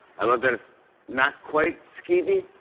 i love that it's not quite skeevy.